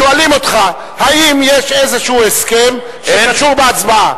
שואלים אותך, האם יש איזה הסכם שקשור להצבעה?